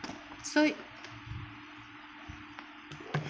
so